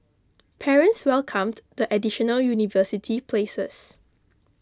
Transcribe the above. parents welcomed the additional university places